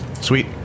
Sweet